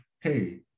hey